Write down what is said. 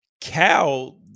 Cal